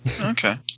Okay